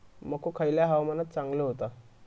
मको खयल्या हवामानात चांगलो होता?